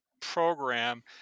program